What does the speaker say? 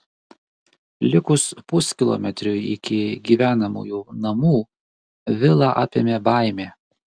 likus puskilometriui iki gyvenamųjų namų vilą apėmė baimė